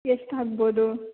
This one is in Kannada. ಎಷ್ಟು ಆಗ್ಬೋದು